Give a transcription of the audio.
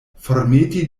formeti